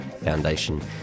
Foundation